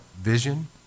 vision